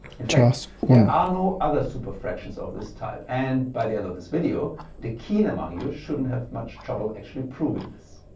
in fact there are no other superfractions of this type and by the end of this video the keen among you shouldn't have much trouble actually proving this.